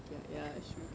ya ya it's true